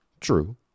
true